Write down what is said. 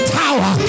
tower